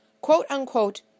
quote-unquote